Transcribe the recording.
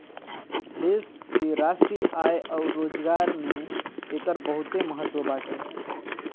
देश के राष्ट्रीय आय अउर रोजगार में एकर बहुते महत्व बाटे